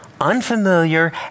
unfamiliar